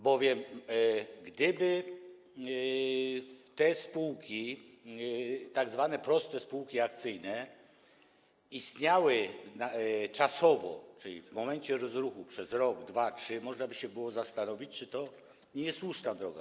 Bowiem gdyby te spółki, tzw. proste spółki akcyjne, istniały w momencie rozruchu przez rok, dwa, trzy, to można by się było zastanowić, czy to nie jest słuszna droga.